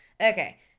Okay